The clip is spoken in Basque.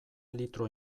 litro